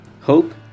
hope